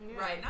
right